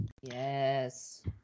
yes